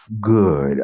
good